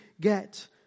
get